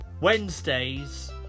Wednesdays